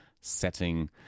setting